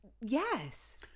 Yes